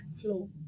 Flow